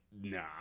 nah